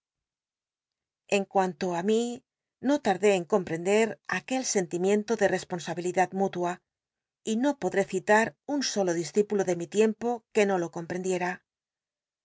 en cuan lo á mi no tardó en comprender aquel sen timiento de responsabilidad mútua y no podré citar un solo discípulo de mi tiempo que no lo comprendi